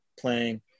playing